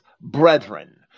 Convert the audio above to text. brethren